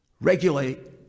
regulate